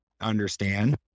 understand